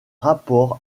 rapport